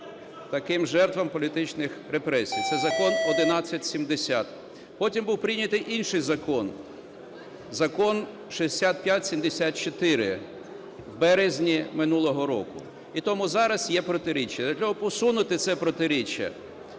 таким жертвам політичних репресій. Це закон 1170. Потім був прийнятий інший закон - закон 6574, в березні минулого року. І тому зараз є протиріччя. Для того, щоб усунути це протиріччя,